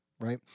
right